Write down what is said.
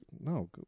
no